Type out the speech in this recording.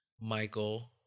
Michael